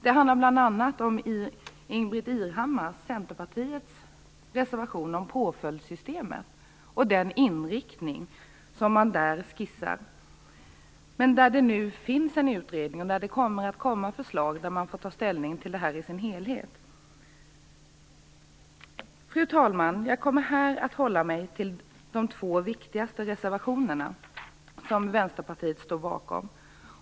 Det handlar bl.a. om Centerpartiets Ingbritt Irhammars reservation om påföljdssystemet och den inriktning man där skissar. Det pågår en utredning om detta, och förslag kommer där man kan ta ställning till detta i dess helhet. Fru talman! Jag kommer här att hålla mig till de två viktigaste reservationerna som Vänsterpartiet står bakom.